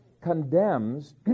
condemns